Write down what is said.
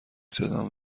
صدام